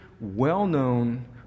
well-known